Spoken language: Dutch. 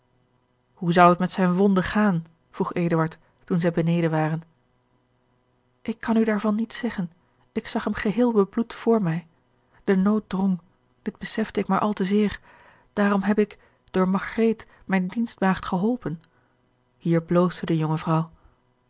hoe zou het met zijne wonde gaan vroeg eduard toen zij beneden waren ik kan u daarvan niets zeggen ik zag hem geheel bebloed voor mij de nood drong dit besefte ik maar al te zeer daarom heb ik door margreet mijne dienstmaagd geholpen hier bloosde de jonge vrouw